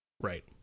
Right